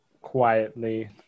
quietly